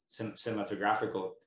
cinematographical